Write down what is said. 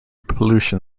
pollution